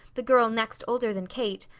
the girl next older than kate,